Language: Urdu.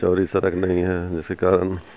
چوڑی سڑک نہیں ہے جس کے کارن